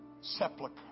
sepulcher